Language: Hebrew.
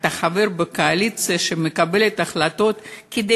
אתה חבר בקואליציה שמקבלת החלטות כדי